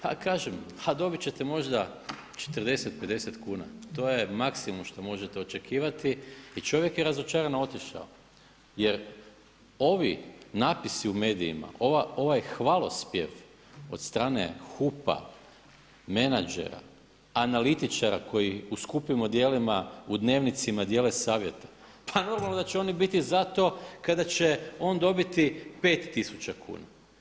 Pa kažem, a dobit ćete možda 40, 50 kuna, to je maksimum što možete očekivati i čovjek je razočarano otišao jer ovi napisi u medijima, ovaj hvalospjev od strane HUP-a, menadžera, analitičara koji u skupim odijelima u dnevnicima dijele savjete, pa normalno da će oni biti zato kada je on dobiti pet tisuća kuna.